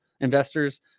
investors